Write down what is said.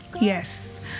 yes